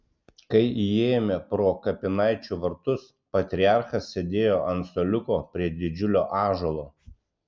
kai įėjome pro kapinaičių vartus patriarchas sėdėjo ant suoliuko prie didžiulio ąžuolo